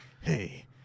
hey